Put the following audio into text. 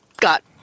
got